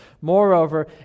Moreover